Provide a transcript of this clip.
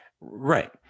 Right